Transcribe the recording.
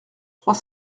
trois